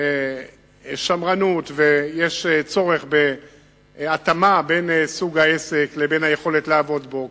בו שמרנות וצורך בהתאמה בין סוג העסק לבין היכולת לעבוד בו,